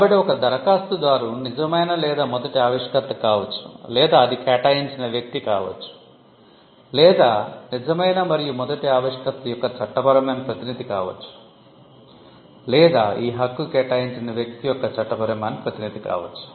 కాబట్టి ఒక దరఖాస్తుదారు 'నిజమైన లేదా మొదటి ఆవిష్కర్త' కావచ్చు లేదా అది కేటాయించిన వ్యక్తి కావచ్చు లేదా 'నిజమైన మరియు మొదటి ఆవిష్కర్త' యొక్క చట్టపరమైన ప్రతినిధి కావచ్చు లేదా ఈ హక్కు కేటాయించిన వ్యక్తి యొక్క చట్టపరమైన ప్రతినిధి కావచ్చు